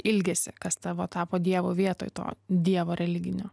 ilgesį kas tavo tapo dievo vietoj to dievo religinio